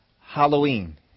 Halloween